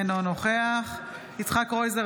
אינו נוכח יצחק קרויזר,